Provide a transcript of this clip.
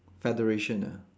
federation ah